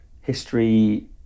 history